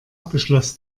beschloss